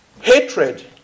hatred